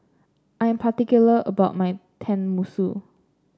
I am particular about my Tenmusu